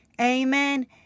amen